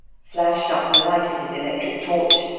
flashed up the light of his electric torch,